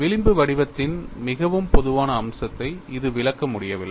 விளிம்பு வடிவத்தின் மிகவும் பொதுவான அம்சத்தை இது விளக்க முடியவில்லை